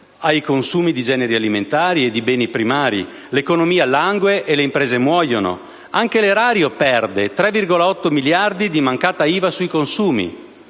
ai consumi di generi alimentari e di beni primari: l'economia langue e le imprese muoiono. Anche l'erario perde, con il mancato introito di